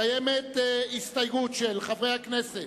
קיימת הסתייגות של חברי הכנסת